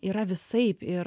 yra visaip ir